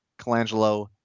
Colangelo